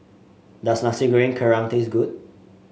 does Nasi Goreng Kerang taste good